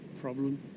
problem